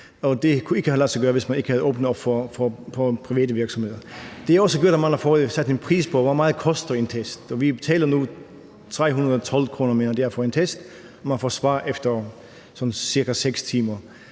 det havde ikke kunnet lade sig gøre, hvis man ikke havde åbnet op for private virksomheder. Det er også godt, at man har fået sat en pris på, hvor meget en test koster. Vi betaler nu 312 kr. for at få en test, og man får svar efter sådan ca. 6 timer.